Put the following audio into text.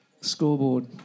scoreboard